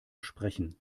sprechen